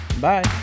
bye